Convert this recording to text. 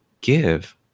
give